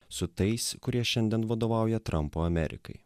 su tais kurie šiandien vadovauja trampo amerikai